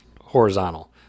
horizontal